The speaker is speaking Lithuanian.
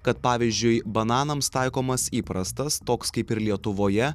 kad pavyzdžiui bananams taikomas įprastas toks kaip ir lietuvoje